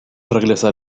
regresar